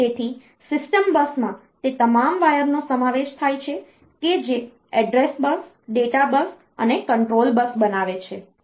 તેથી સિસ્ટમ બસમાં તે તમામ વાયરનો સમાવેશ થાય છે કે જે એડ્રેસ બસ ડેટા બસ અને કંટ્રોલ બસ બનાવે છે